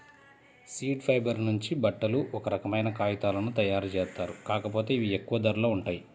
seed fibre నుంచి బట్టలు, ఒక రకమైన కాగితాలను తయ్యారుజేత్తారు, కాకపోతే ఇవి ఎక్కువ ధరలో ఉంటాయి